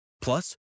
Plus